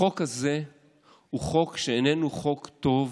החוק הזה איננו חוק טוב